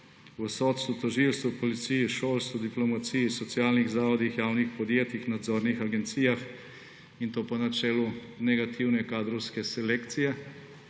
V sodstvu, tožilstvu, policiji, šolstvu, diplomaciji, socialnih zavodih, javnih podjetjih, nadzornih agencijah, in to po načelu negativne kadrovske selekcije.